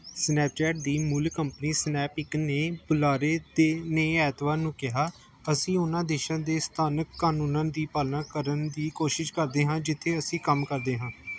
Snapchat ਦੀ ਮੂਲ company Snap Inc ਨੇ ਇੱਕ ਬੁਲਾਰੇ ਤੇ ਨੇ ਐਤਵਾਰ ਨੂੰ ਕਿਹਾ ਅਸੀਂ ਉਨ੍ਹਾਂ ਦੇਸ਼ਾਂ ਦੇ ਸਥਾਨਕ ਕਾਨੂੰਨਾਂ ਦੀ ਪਾਲਣਾ ਕਰਨ ਦੀ ਕੋਸ਼ਿਸ਼ ਕਰਦੇ ਹਾਂ ਜਿੱਥੇ ਅਸੀਂ ਕੰਮ ਕਰਦੇ ਹਾਂ